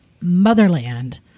motherland